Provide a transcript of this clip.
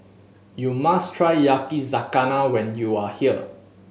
you must try Yakizakana when you are here